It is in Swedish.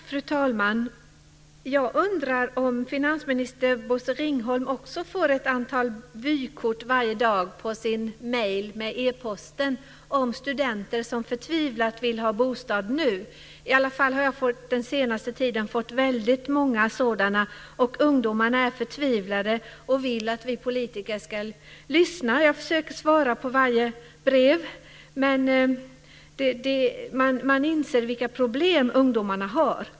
Fru talman! Jag undrar om finansminister Bosse Ringholm också får ett antal vykort varje dag med eposten från studenter som förtvivlat vill ha bostad nu. I varje fall har jag den senaste tiden fått väldigt många sådana. Ungdomarna är förtvivlade och vill att vi politiker ska lyssna. Jag försöker att svara på varje brev. Men jag inser vilka problem ungdomarna har.